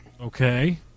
Okay